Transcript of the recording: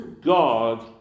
God